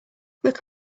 look